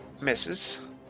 Misses